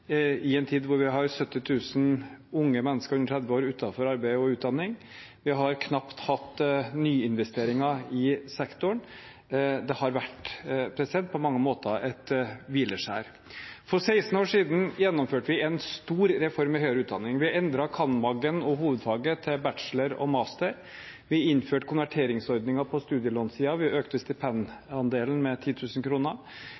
i en tid da vi har 70 000 unge mennesker under 30 år utenfor arbeid og utdanning. Vi har knapt hatt nyinvesteringer i sektoren. Det har på mange måter vært et hvileskjær. For 16 år siden gjennomførte man en stor reform i høyere utdanning. Man endret cand.mag.-en og hovedfaget til bachelor og master, vi innførte konverteringsordninger på studielånssiden, vi økte